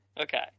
Okay